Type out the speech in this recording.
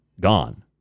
gone